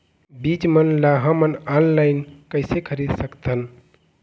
बीज मन ला हमन ऑनलाइन कइसे खरीद सकथन?